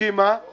הסכימה